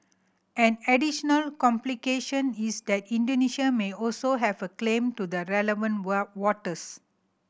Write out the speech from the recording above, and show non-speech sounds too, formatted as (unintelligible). an additional complication is that Indonesia may also have a claim to the relevant (unintelligible) waters